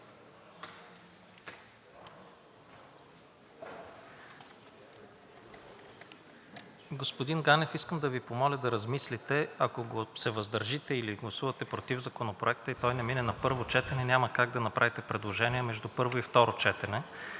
Господин Ганев, искам да Ви помоля да размислите. Ако се въздържите или гласувате против Законопроекта и той не мине на първо четене, няма как да направите предложения между първо и второ четене,